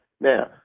Now